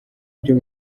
byo